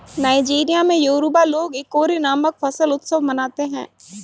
Nigeria में Yoruba लोग Ikore नामक फसल उत्सव मनाते हैं